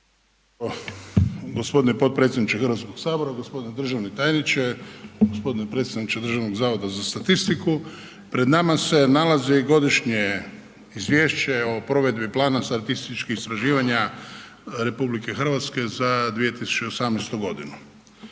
gospodine potpredsjedniče Hrvatskoga sabora, gospodine državni tajniče, gospodine predstavniče Državnog zavoda za statistiku. Pred nama se nalazi Godišnje izvješće o provedbi plana statističkih istraživanja RH za 2018. godinu.